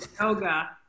yoga